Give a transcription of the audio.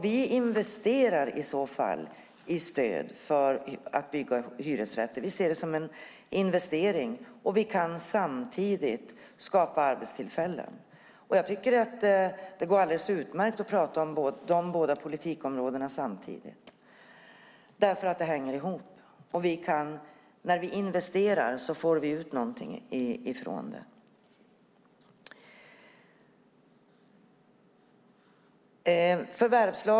Vi investerar i så fall i stöd för att bygga hyresrätter. Vi ser det som en investering, och vi kan samtidigt skapa arbetstillfällen. Jag tycker att det går alldeles utmärkt att prata om dessa båda politikområden samtidigt därför att det hänger ihop. När vi investerar får vi ut någonting av det.